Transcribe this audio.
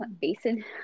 basin